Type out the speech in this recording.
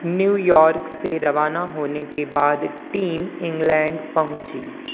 new York से रवाना होने के बाद टीम इंग्लैंड पहुंची